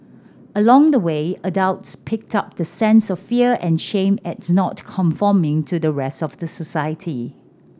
along the way adults pick up the sense of fear and shame at not conforming to the rest of the society